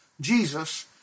Jesus